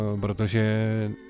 protože